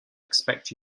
expect